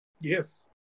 yes